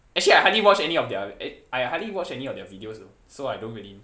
actually I hardly watch any of their eh I hardly watched any of the videos though so I don't really